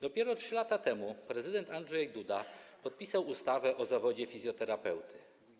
Dopiero 3 lata temu prezydent Andrzej Duda podpisał ustawę o zawodzie fizjoterapeuty.